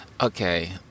Okay